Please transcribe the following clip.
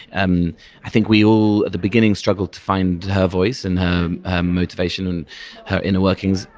and i think we all at the beginning struggled to find her voice and her motivation and her inner workings.